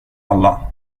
alla